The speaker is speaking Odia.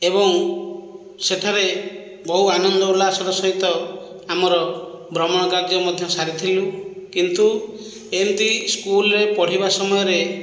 ଏବଂ ସେଠାରେ ବହୁ ଆନନ୍ଦ ଉଲ୍ଲାସର ସହିତ ଆମର ଭ୍ରମଣ କାର୍ଯ୍ୟ ମଧ୍ୟ ସାରିଥିଲୁ କିନ୍ତୁ ଏମିତି ସ୍କୁଲରେ ପଢ଼ିବା ସମୟରେ